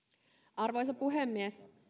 arvoisa puhemies